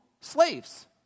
slaves